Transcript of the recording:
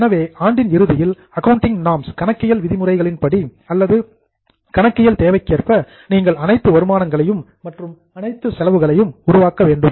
எனவே ஆண்டின் இறுதியில் அக்கவுண்டிங் நார்ம்ஸ் கணக்கியல் விதிமுறைகளின்படி அல்லது கணக்கியல் தேவைக்கேற்ப நீங்கள் அனைத்து வருமானங்கள் மற்றும் அனைத்து செலவுகள் பட்டியலை உருவாக்க வேண்டும்